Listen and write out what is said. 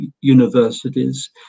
universities